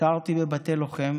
ביקרתי בבתי לוחם.